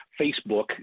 Facebook